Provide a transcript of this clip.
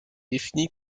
définie